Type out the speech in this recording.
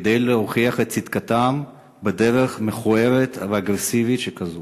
כדי להוכיח את צדקתם בדרך מכוערת ואגרסיבית שכזאת.